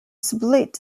split